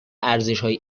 ارزشهای